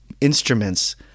instruments